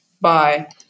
bye